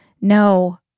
No